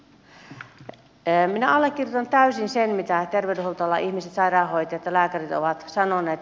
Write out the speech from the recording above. minä allekirjoitan täysin sen mitä terveydenhuoltoalan ihmiset sairaanhoitajat ja lääkärit ovat sanoneet